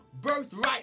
birthright